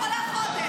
אני יכולה חודש.